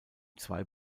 zwei